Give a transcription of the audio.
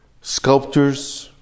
Sculptors